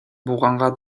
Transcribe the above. булганга